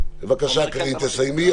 בבקשה, קארין, תסיימי.